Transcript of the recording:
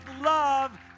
love